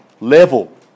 level